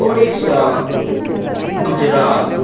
Odisha Gujarat